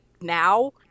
now